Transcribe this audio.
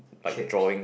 shapes